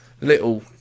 little